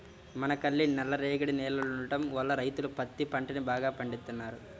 మనకల్లి నల్లరేగడి నేలలుండటం వల్ల రైతులు పత్తి పంటని బాగా పండిత్తన్నారు